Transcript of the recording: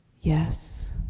yes